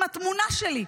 עם התמונה שלי.